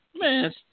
Man